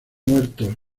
muertos